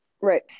right